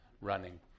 running